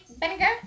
vinegar